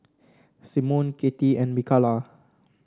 Symone Katy and Mikalah